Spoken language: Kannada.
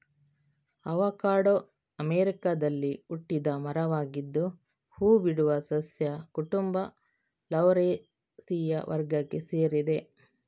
ಆವಕಾಡೊ ಅಮೆರಿಕಾದಲ್ಲಿ ಹುಟ್ಟಿದ ಮರವಾಗಿದ್ದು ಹೂ ಬಿಡುವ ಸಸ್ಯ ಕುಟುಂಬ ಲೌರೇಸಿಯ ವರ್ಗಕ್ಕೆ ಸೇರಿದೆ